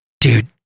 dude